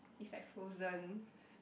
is like frozen